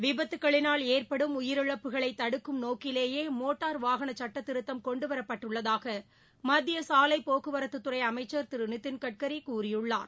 விபத்துகளினால் ஏற்படும் உயிரிழப்புகளை தடுக்கும் நோக்கிலேயே மோட்டார் வாகன சுட்டத்திருத்தம் கொண்டுவரப்பட்டுள்ளதாக மத்திய சாலை போக்குவரத்துத்துறை அமைச்சர் திரு நிதின் கட்கரி கூறியுள்ளார்